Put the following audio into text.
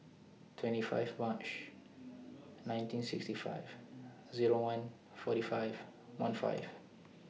twenty five March nineteen sixty five Zero one forty five one five